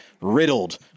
riddled